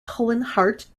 hart